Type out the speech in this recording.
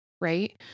Right